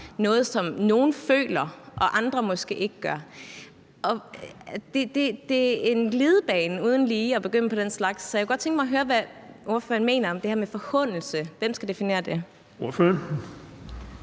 noget, som nogle føler, mens andre måske ikke gør det? Det er en glidebane uden lige at begynde på den slags. Så jeg kunne godt tænke mig at høre, hvad ordføreren mener om det her med forhånelse: Hvem skal definere det?